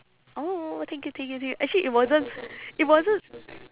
oh thank you thank you thank you actually it wasn't it wasn't